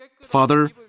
Father